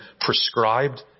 prescribed